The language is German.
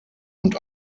und